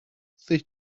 sich